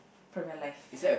from your life